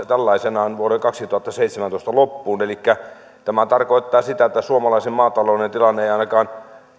tällaisenaan jatkuvat vuoden kaksituhattaseitsemäntoista loppuun tämä tarkoittaa sitä että suomalaisen maatalouden tilanne ei ainakaan